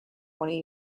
one